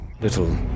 little